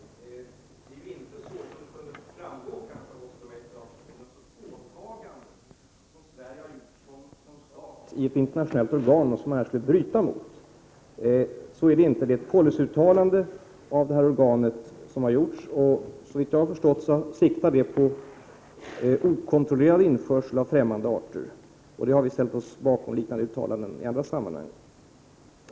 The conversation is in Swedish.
Herr talman! Först till Åsa Domeijs fråga om IUCN. Det är inte så, som kanske kunde framgå av det som Åsa Domeij sade, att det är fråga om ett slags åtagande från Sveriges sida som stat i ett internationellt organ som man här skulle frångå. I stället handlar det om ett policyuttalande från nämnda organ. Såvitt jag förstår siktar man in sig på den okontrollerade införseln av främmande arter. Liknande uttalanden har vi ställt oss bakom i andra sammanhang.